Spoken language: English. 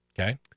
Okay